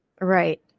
Right